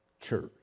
church